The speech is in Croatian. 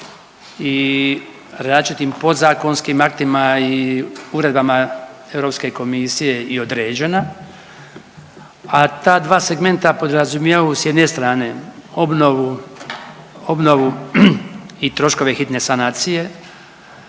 i različitim podzakonskim aktima i uredbama Europske komisije i određena, a ta dva segmenta podrazumijevaju s jedne strane obnovu, obnovu i troškove hitne sanacije,